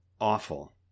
awful